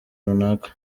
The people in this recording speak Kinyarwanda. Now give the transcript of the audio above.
runaka